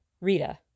rita